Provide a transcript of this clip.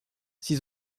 six